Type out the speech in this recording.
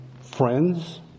friends